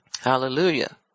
Hallelujah